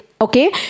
okay